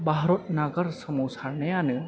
भारत नागार सोमावसारनायानो